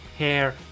hair